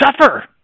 suffer